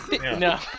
No